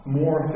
more